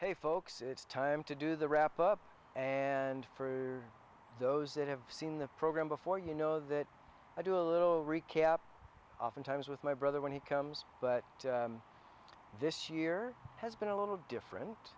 hey folks it's time to do the wrap up and for those that have seen the program before you know that i do a little recap oftentimes with my brother when he comes but this year has been a little different